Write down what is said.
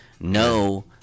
No